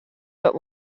but